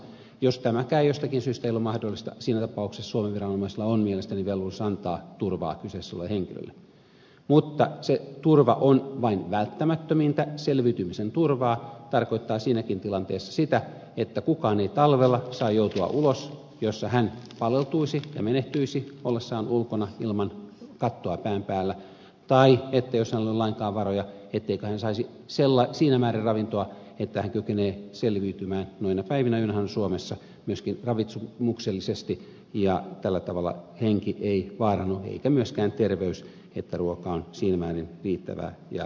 jos tämäkään ei jostakin syystä ole mahdollista siinä tapauksessa suomen viranomaisilla on mielestäni velvollisuus antaa turvaa kyseessä olevalle henkilölle mutta se turva on vain välttämättömintä selviytymisen turvaa mikä tarkoittaa siinäkin tilanteessa sitä että kukaan ei talvella saa joutua ulos jossa hän paleltuisi ja menehtyisi ollessaan ulkona ilman kattoa pään päällä tai jos hänellä ei ole lainkaan varjoja että hän saisi siinä määrin ravintoa että hän kykenee selviytymään noina päivinä joina hän on suomessa myöskin ravitsemuksellisesti ja tällä tavalla henki ei vaarannu eikä myöskään terveys että ruokaa on siinä määrin riittävä ja tarpeellinen määrä